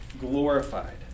glorified